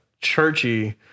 churchy